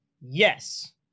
Yes